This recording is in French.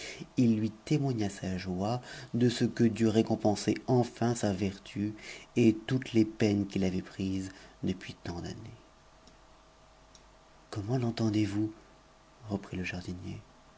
il lui témoigna sa joie de rc que dieu récompensait enfin sa vertu et toutes les peines qu'il avait prises depuis tant d'années comment l'entendez-vous reprit le jardinier